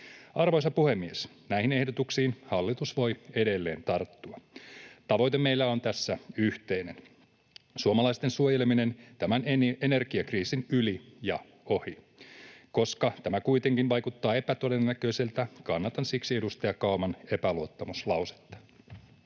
Arvoisa puhemies! Näihin ehdotuksiin hallitus voi edelleen tarttua. Tavoite meillä on tässä yhteinen: suomalaisten suojeleminen tämän energiakriisin yli ja ohi. Koska tämä kuitenkin vaikuttaa epätodennäköiseltä, kannatan edustaja Kauman epäluottamuslausetta.